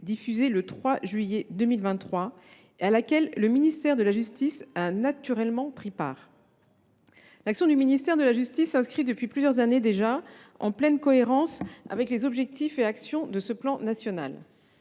diffusée le 3 juillet 2023 et à la préparation de laquelle le ministère de la justice a naturellement pris part. L’action du ministère de la justice est, depuis plusieurs années déjà, pleinement cohérente avec les objectifs et actions de ce plan national.